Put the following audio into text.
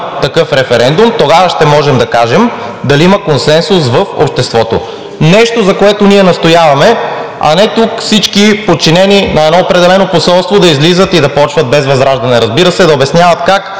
такъв референдум, тогава ще можем да кажем дали има консенсус в обществото – нещо, за което ние настояваме, а не всички, подчинени на едно определено посолство, да излизат и да почват, без ВЪЗРАЖДАНЕ, разбира се, да обясняват как